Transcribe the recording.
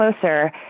closer